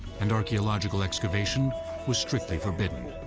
and archaeological excavation was strictly forbidden.